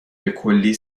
بکلی